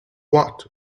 watt